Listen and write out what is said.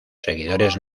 seguidores